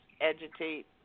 Agitate